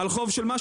על חוב של מה?